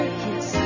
kiss